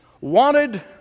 wanted